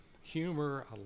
humor